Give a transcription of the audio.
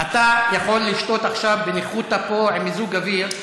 אתה יכול לשתות עכשיו בניחותא פה עם מיזוג אוויר,